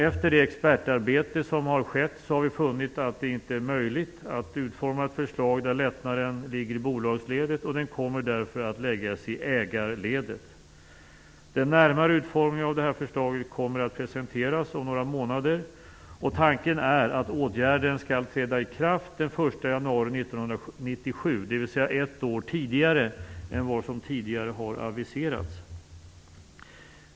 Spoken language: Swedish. Efter det expertarbete som har skett har vi funnit att det inte är möjligt att utforma ett förslag där lättnaden ligger i bolagsledet. Den kommer därför att läggas i ägarledet. Den närmare utformningen av detta förslag kommer att presenteras om några månader, och tanken är att åtgärden skall träda i kraft den 1 januari 1997, dvs. ett år tidigare än vad som tidigare har aviserats.